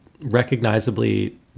recognizably